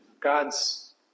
God's